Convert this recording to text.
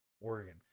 Oregon